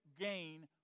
gain